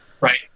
Right